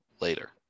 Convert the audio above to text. later